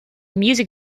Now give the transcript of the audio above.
music